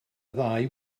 ddau